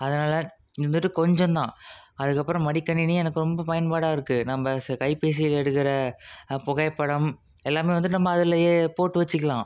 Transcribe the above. அதனால் இது வந்துட்டு கொஞ்சம் தான் அதுக்கப்புறம் மடிக்கணினி எனக்கு ரொம்ப பயன்பாடாக இருக்குது நம்ம ஸ் கைபேசி எடுக்கிற புகைப்படம் எல்லாம் வந்துட்டு நம்ம அதுலேயே போட்டு வச்சிக்கலாம்